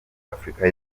afurika